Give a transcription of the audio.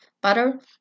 butter